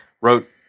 wrote